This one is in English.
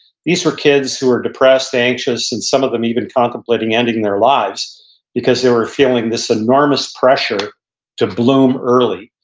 these were kids who are depressed, anxious, and some of them even contemplating ending their lives because they were feeling this enormous pressure to bloom early,